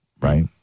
right